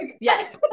Yes